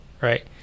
right